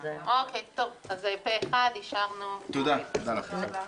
אז אישרנו פה אחד.